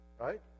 right